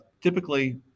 Typically